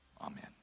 Amen